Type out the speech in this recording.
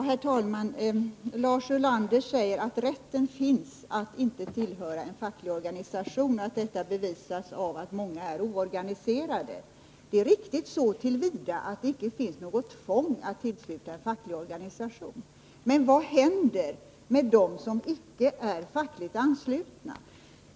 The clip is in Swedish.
Herr talman! Lars Ulander säger att rätten finns att inte tillhöra en facklig organisation och att detta bevisas av att många är oorganiserade. Det är riktigt så till vida att det icke finns något tvång att tillhöra en facklig organisation, men vad händer med dem som icke är fackligt anslutna?